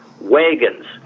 wagons